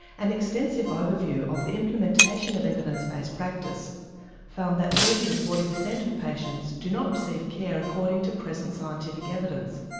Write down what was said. an extensive overview of the implementation of evidence based practice found that thirty percent to forty percent of patients do not receive care according to present scientific evidence.